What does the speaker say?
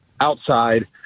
outside